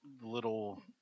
little